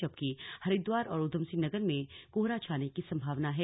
जबकि हरिद्वार और उधमसिंहनगर में कोहरा छाने की संभावना है